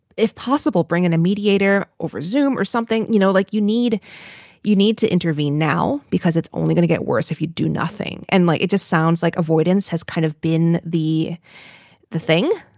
if possible, bring in a mediator over zoome or something. you know, like you need you need to intervene now because it's only gonna get worse if you do nothing. and like it just sounds like avoidance has kind of been the the thing.